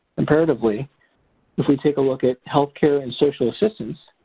comparatively if we take a look at healthcare and social assistance,